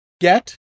get